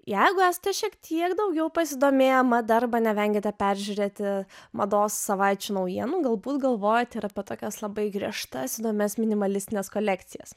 jeigu esti šiek tiek daugiau pasidomėję mada arbą nevengiate peržiūrėti mados savaičių naujienų galbūt galvojate apie tokias labai griežtas įdomias minimalistines kolekcijas